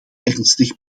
ernstig